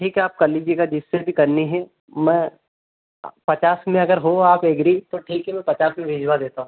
ठीक है आप कर लीजिएगा जिससे भी करनी है मैं पचास में अगर हो आप एग्री तो ठीक है मैं पचास में भिजवा देता हूँ